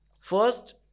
first